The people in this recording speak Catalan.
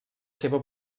seva